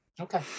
Okay